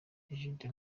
egide